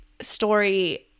story